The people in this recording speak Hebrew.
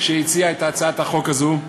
שהציעה את הצעת החוק הזו.